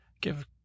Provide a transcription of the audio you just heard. give